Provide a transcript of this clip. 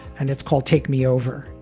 and it's called take me over.